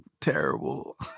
terrible